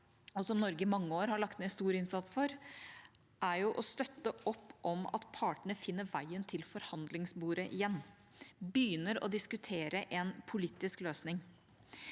og som Norge i mange år har lagt ned stor innsats for, er å støtte opp om at partene finner veien til forhandlingsbordet igjen og begynner å diskutere en politisk løsning.